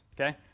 Okay